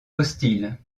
hostiles